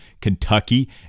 Kentucky